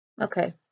okay